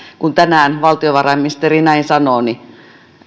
kun tänään valtiovarainministeri näin sanoo niin